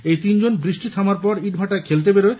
এই তিনজন বৃষ্টি থামার পর ইটভাটায় খেলতে বেরোয়